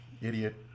idiot